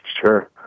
Sure